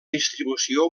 distribució